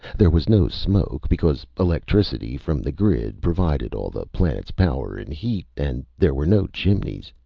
there was no smoke, because electricity from the grid provided all the planet's power and heat, and there were no chimneys.